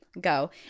go